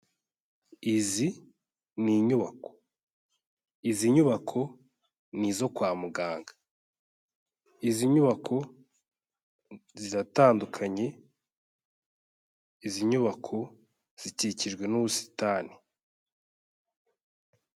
Izi ni inyubako, izi nyubako ni izo kwa muganga, izi nyubako ziratandukanye, izi nyubako zikikijwe n'ubusitani.